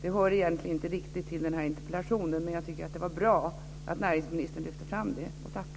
Det hör egentligen inte riktigt till den här interpellationen, men jag tycker att det var bra att näringsministern lyfte fram det.